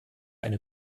eine